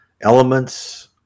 elements